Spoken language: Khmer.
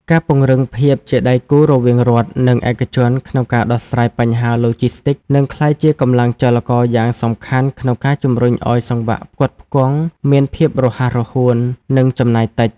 ការពង្រឹងភាពជាដៃគូរវាងរដ្ឋ និងឯកជនក្នុងការដោះស្រាយបញ្ហាឡូជីស្ទីក នឹងក្លាយជាកម្លាំងចលករយ៉ាងសំខាន់ក្នុងការជំរុញឱ្យសង្វាក់ផ្គត់ផ្គង់មានភាពរហ័សរហួន និងចំណាយតិច។